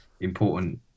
important